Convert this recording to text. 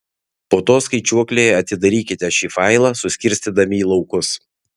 po to skaičiuoklėje atidarykite šį failą suskirstydami į laukus